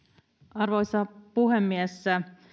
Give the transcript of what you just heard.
arvoisa puhemies